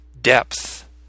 depth